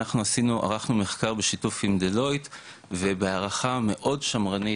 אנחנו ערכנו מחקר בשיתוף עם דלוייט ובהערכה מאוד שמרנית,